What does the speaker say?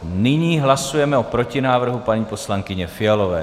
Nyní hlasujeme o protinávrhu paní poslankyně Fialové.